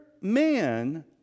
man